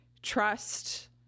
Trust